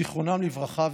זיכרונם לברכה,